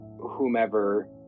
whomever